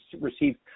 received